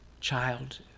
child